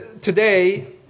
today